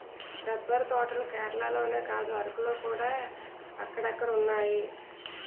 rubber తోటలు కేరళలోనే కాదు అరకులోకూడా అక్కడక్కడున్నాయి